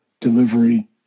delivery